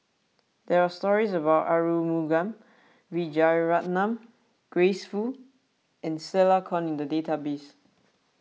there are stories about Arumugam Vijiaratnam Grace Fu and Stella Kon in the database